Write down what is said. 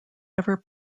ever